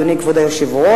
אדוני כבוד היושב-ראש,